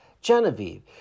Genevieve